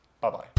Bye-bye